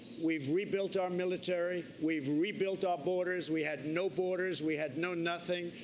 we've rebuilt our military. we've rebuilt our borders. we had no borders, we had no nothing.